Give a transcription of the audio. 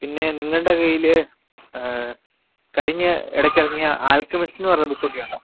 പിന്നെ നിങ്ങളുടെ കയ്യിൽ കഴിഞ്ഞ ഇടയ്ക്കിറങ്ങിയ ആല്ക്കമിസ്റ്റ് എന്ന് പറഞ്ഞ ബുക്ക് ഒക്കെ ഉണ്ടോ